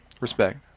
respect